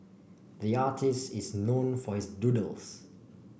the artist is known for his doodles